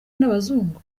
n’abazungu